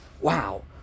wow